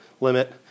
limit